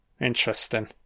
Interesting